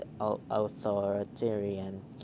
authoritarian